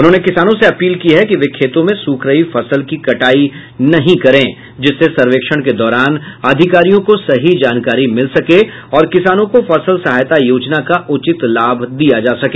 उन्होंने किसानों से अपील की है कि वे खेतों में सूख रही फसल की कटाई नहीं करें जिससे सर्वेक्षण के दौरान अधिकारियों को सही जानकारी मिल सके और किसानों को फसल सहायता योजना का उचित लाभ दिया जा सके